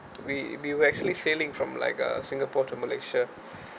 we we were actually sailing from like uh singapore to malaysia